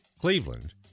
Cleveland